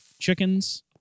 chickens